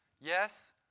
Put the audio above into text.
Yes